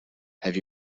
have